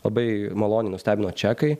labai maloniai nustebino čekai